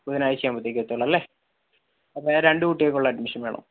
ബുധനാഴ്ചയാകുമ്പോത്തേക്കും എത്തുകയുള്ളു അല്ലേ അപ്പോൾ രണ്ടുകുട്ടികൾക്കുള്ള അഡ്മിഷൻ വേണം